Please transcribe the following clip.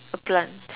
a plant